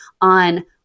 on